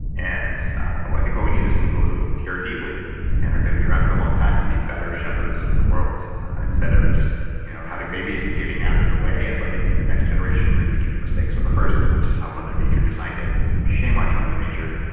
and i think what we need is people who care deeply and are going to be around for a long time to be better shepherds of the world, instead of just you know having babies and getting out of the way and letting the next generation repeat the mistakes of the first, which is how mother nature designed it shame on you, mother nature,